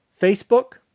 Facebook